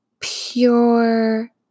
pure